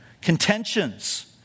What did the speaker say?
contentions